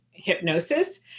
hypnosis